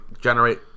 generate